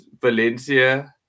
Valencia